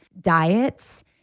diets